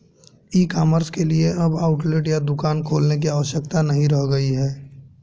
ई commerce के लिए अब आउटलेट या दुकान खोलने की आवश्यकता नहीं रह गई है